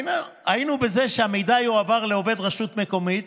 היינו בזה שהמידע יועבר לעובד רשות מקומית